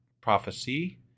prophecy